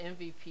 MVP